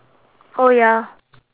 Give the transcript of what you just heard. oh ya